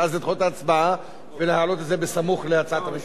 ואז לדחות את ההצבעה ולהעלות את זה עם הצעת הממשלה.